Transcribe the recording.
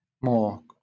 more